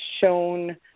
shown